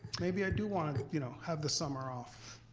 maybe i do want to you know have the summer off.